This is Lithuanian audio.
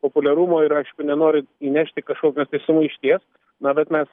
populiarumo ir aišku nenori įnešti kažkokios tai sumaišties na bet mes